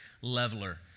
leveler